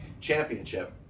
championship